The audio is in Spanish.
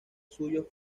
suyo